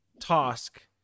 task